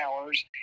hours